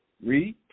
Read